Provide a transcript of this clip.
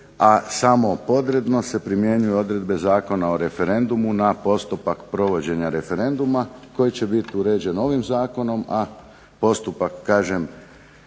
ne razumije./… se primjenjuju odredbe Zakona o referendumu na postupak provođenja referenduma, koji će biti uređen ovim zakonom, a postupak kažem